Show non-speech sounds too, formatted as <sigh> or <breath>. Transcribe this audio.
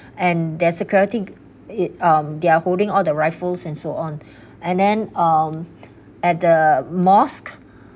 and their security it um they are holding all the rifles and so on <breath> and then um at the mosque